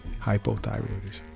hypothyroidism